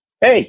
hey